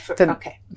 okay